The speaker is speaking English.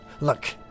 Look